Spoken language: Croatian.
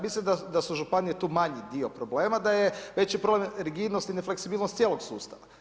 Mislim da su županije tu manji dio problema, da je veći problem rigidnost i nefleksibilnost cijelog sustava.